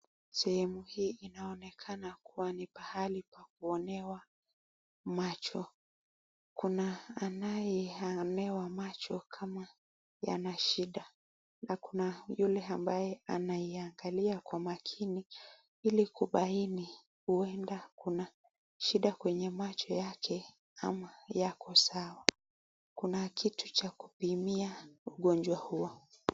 Sehemu hii inaonekana kuwa ni pahali pa kuonewa macho. Kuna anayeonea macho kama yana shida na kuna yule ambaye anaiangalia kwa makini ili kubaini huenda kuna shida kwenye macho yake ama yako sawa. Kuna kitu cha kupimia ugonjwa huo.